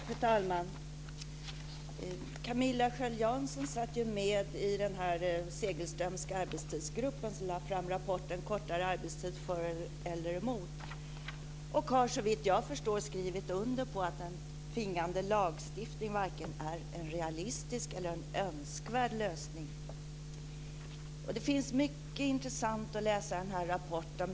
Fru talman! Camilla Sköld Jansson satt ju med i den Segelströmska arbetstidsgruppen, som lade fram rapporten Kortare arbetstid - för eller emot, och har såvitt jag förstår skrivit under på att en tvingande lagstiftning varken är en realistisk eller en önskvärd lösning. Det finns mycket intressant att läsa i rapporten.